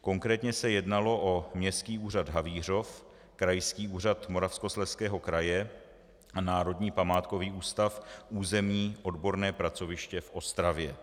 Konkrétně se jednalo o Městský úřad Havířov, Krajský úřad Moravskoslezského kraje a Národní památkový ústav, územní odborné pracoviště v Ostravě.